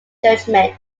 judgment